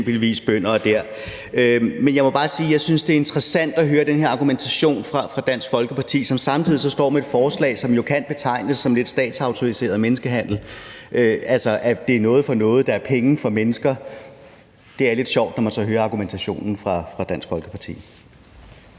at jeg synes, det er interessant at høre den her argumentation fra Dansk Folkepartis side, som samtidig så står med et forslag, som jo kan betegnes som lidt statsautoriseret menneskehandel, altså at det er noget for noget, at der er penge for mennesker. Det er lidt sjovt, når man så hører argumentationen fra Dansk Folkepartis